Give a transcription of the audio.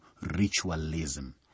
ritualism